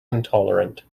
intolerant